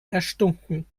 erstunken